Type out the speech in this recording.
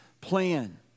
plan